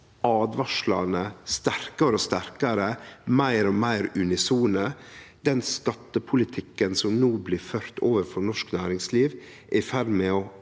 åtvaringane sterkare og sterkare, meir og meir unisone: Den skattepolitikken som no blir ført overfor norsk næringsliv, er i ferd med